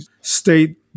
state